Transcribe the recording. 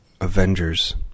Avengers